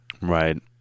Right